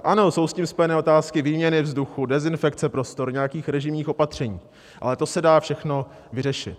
Ano, jsou s tím spojené otázky výměny vzduchu, dezinfekce prostor, nějakých režijních opatření, ale to se dá všechno vyřešit.